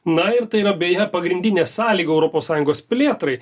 na ir tai yra beje pagrindinė sąlyga europos sąjungos plėtrai